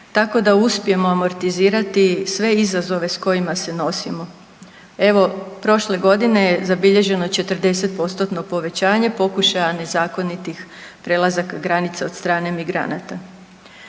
tako da uspijemo amortizirati sve izazove sa kojima se nosimo. Evo prošle godine je zabilježeno 40% povećanje pokušaja nezakonitih prelazaka granica od strane migranata.